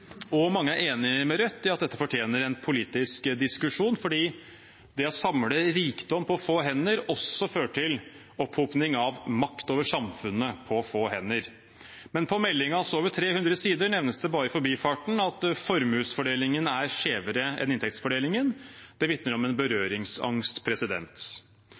og mange er enig med Rødt i at dette fortjener en politisk diskusjon, for det å samle rikdom på få hender fører også til opphopning av makt over samfunnet på få hender. På meldingens over 300 sider nevnes det bare i forbifarten at formuesfordelingen er skjevere enn inntektsfordelingen. Det vitner om en